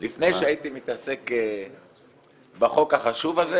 לפני שהייתי מתעסק בחוק החשוב הזה